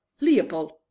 Leopold